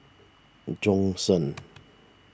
Bjorn Shen